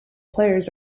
players